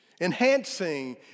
enhancing